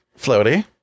floaty